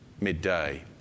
midday